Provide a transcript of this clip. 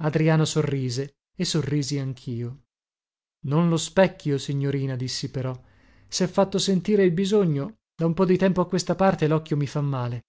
adriana sorrise e sorrisi anchio non lo specchio signorina dissi però sè fatto sentire il bisogno da un po di tempo a questa parte locchio mi fa male